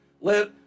Let